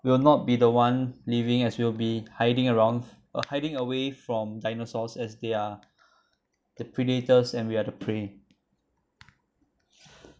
will not be the one living as we'll be hiding around or hiding away from dinosaurs as they are the predators and we are the prey